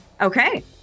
Okay